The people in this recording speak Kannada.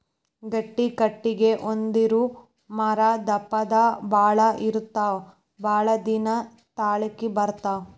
ಗಟ್ಟಿ ಕಟಗಿ ಹೊಂದಿರು ಮರಾ ದಪ್ಪ ಬಾಳ ಇರತಾವ ಬಾಳದಿನಾ ತಾಳಕಿ ಬರತಾವ